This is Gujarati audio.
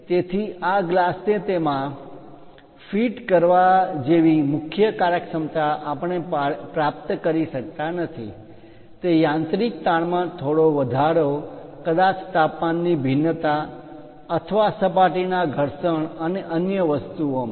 તેથી આ ગ્લાસને તેમા ફિટ જોડવાની કરવા જેવી મુખ્ય કાર્યક્ષમતા આપણે પ્રાપ્ત કરી શકતા નથી તે યાંત્રિક તાણમાં થોડો વધારો કદાચ તાપમાન ની ભિન્નતા અથવા સપાટી ના ઘર્ષણ અને અન્ય વસ્તુઓમાં